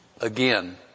again